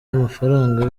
y’amafaranga